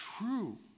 true